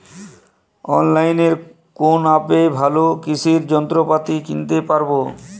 অনলাইনের কোন অ্যাপে ভালো কৃষির যন্ত্রপাতি কিনতে পারবো?